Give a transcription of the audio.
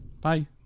Bye